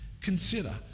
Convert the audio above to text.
consider